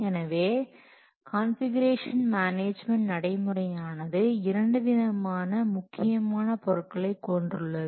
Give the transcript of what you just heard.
எனவே configuration management நடைமுறையானது இரண்டு விதமான முக்கியமான பொருட்களைக் கொண்டுள்ளது